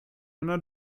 meiner